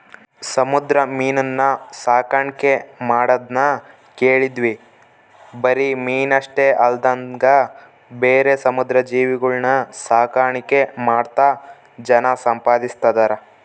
ಸಮುದ್ರ ಮೀನುನ್ನ ಸಾಕಣ್ಕೆ ಮಾಡದ್ನ ಕೇಳಿದ್ವಿ ಬರಿ ಮೀನಷ್ಟೆ ಅಲ್ದಂಗ ಬೇರೆ ಸಮುದ್ರ ಜೀವಿಗುಳ್ನ ಸಾಕಾಣಿಕೆ ಮಾಡ್ತಾ ಜನ ಸಂಪಾದಿಸ್ತದರ